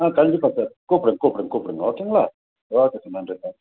ஆ கண்டிப்பாக சார் கூப்பிடுங்க கூப்பிடுங்க கூப்பிடுங்க ஓகேங்களா ஓகே சார் நன்றி சார்